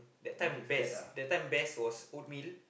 that time best that time best was oatmeal